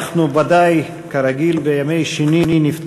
שעה 16:00 תוכן העניינים מסמכים שהונחו על שולחן הכנסת 5